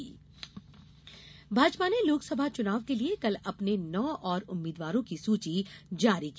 भाजपा सूची भाजपा ने लोकसभा चुनाव के लिए कल अपने नौ और उम्मीदवारों की सूची जारी की